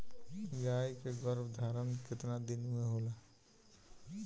गाय के गरभाधान केतना दिन के होला?